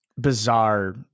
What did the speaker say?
bizarre